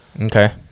Okay